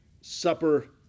supper